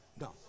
No